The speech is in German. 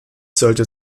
sollte